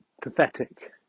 pathetic